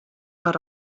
der